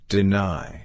Deny